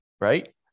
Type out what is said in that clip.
Right